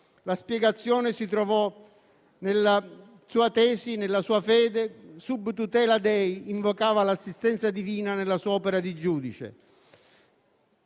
la spiegazione si trovò nella sua tesi, nella sua fede: *sub tutela dei,* invocava l'assistenza divina nella sua opera di giudice.